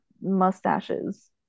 mustaches